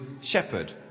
shepherd